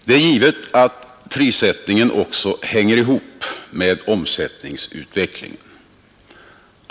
Det är givet att prissättningen också hänger i hop med omsättningsutvecklingen.